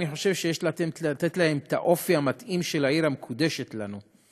אני חושב שיש לתת להם את האופי המתאים של העיר המקודשת לנו.